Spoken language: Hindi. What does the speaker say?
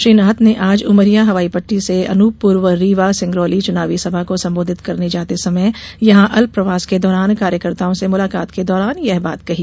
श्री नाथ ने आज उमरिया हवाई पट्टी से अनूपपुर व रीवा सिंगरौली चुनावी सभा को संबोधित करने जाते समय यहां अल्प प्रवास के दौरान कार्यकर्ताओं से मुलाकात के दौरान यह बात कही